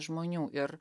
žmonių ir